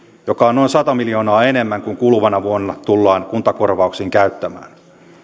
joka on noin sata miljoonaa enemmän kuin kuluvana vuonna tullaan kuntakorvauksiin käyttämään